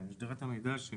כן, שדירת המידע של